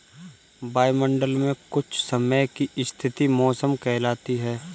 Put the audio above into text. वायुमंडल मे कुछ समय की स्थिति मौसम कहलाती है